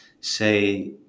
say